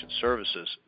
Services